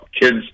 kids